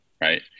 right